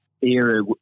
era